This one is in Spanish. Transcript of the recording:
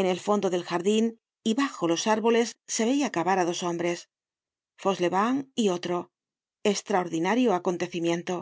en el fondo del jardin y bajo los árboles se veia cavar á dos hombres fauchelevent y otro estraordinario acontecimiento